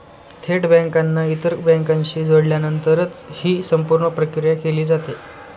थेट बँकांना इतर बँकांशी जोडल्यानंतरच ही संपूर्ण प्रक्रिया केली जाते